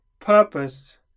purpose